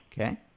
Okay